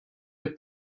der